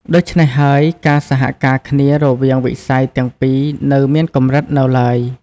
ដូច្នេះហើយ ការសហការគ្នារវាងវិស័យទាំងពីរនៅមានកម្រិតនៅឡើយ។